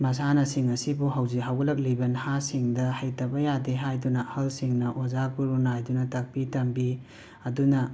ꯃꯥꯁꯥꯟꯅꯁꯤꯡ ꯑꯁꯤꯕꯨ ꯍꯧꯖꯤꯛ ꯍꯧꯒꯠꯂꯛꯂꯤꯕ ꯅꯍꯥꯁꯤꯡꯗ ꯍꯩꯇꯕ ꯌꯥꯗꯦ ꯍꯥꯏꯗꯨꯅ ꯑꯍꯜꯁꯤꯡꯅ ꯑꯣꯖꯥ ꯒꯨꯔꯨ ꯅꯥꯏꯗꯨꯅ ꯇꯥꯛꯄꯤ ꯇꯝꯕꯤ ꯑꯗꯨꯅ